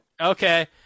Okay